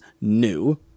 new